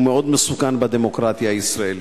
שהוא מאוד מסוכן בדמוקרטיה הישראלית.